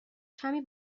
کمی